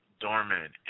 dormant